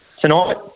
tonight